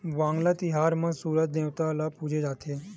वांगला तिहार म सूरज देवता ल पूजे जाथे